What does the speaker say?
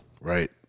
Right